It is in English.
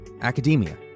academia